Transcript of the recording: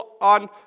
on